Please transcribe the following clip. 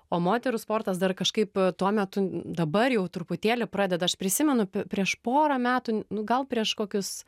o moterų sportas dar kažkaip tuo metu dabar jau truputėlį pradeda aš prisimenu pr prieš porą metų nu gal prieš kokius